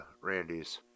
Randy's